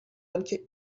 آنکه